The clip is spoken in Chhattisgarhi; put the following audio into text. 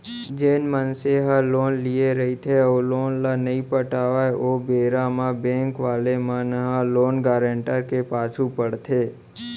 जेन मनसे ह लोन लेय रहिथे अउ लोन ल नइ पटाव ओ बेरा म बेंक वाले मन ह लोन गारेंटर के पाछू पड़थे